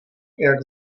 jak